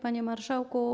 Panie Marszałku!